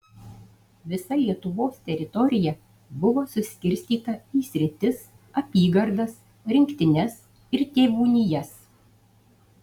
visa lietuvos teritorija buvo suskirstyta į sritis apygardas rinktines ir tėvūnijas